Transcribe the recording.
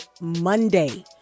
Monday